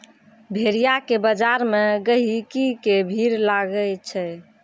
भेड़िया के बजार मे गहिकी के भीड़ लागै छै